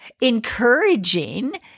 encouraging